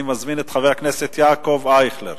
אני מזמין את חבר הכנסת יעקב אייכלר.